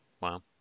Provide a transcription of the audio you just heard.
Wow